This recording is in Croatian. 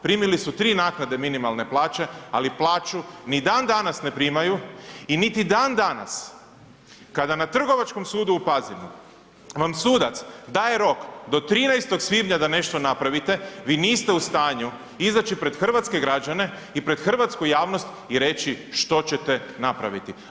Primili su 3 naknade minimalne plaće, ali plaću ni an danas ne primaju i niti dan danas kada na Trgovačkom sudu u Pazinu vam sudac daje rok do 13. svibnja da nešto napravite, vi niste u stanju izaći pred hrvatske građane i pred hrvatsku javnost i reći što ćete napraviti.